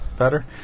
better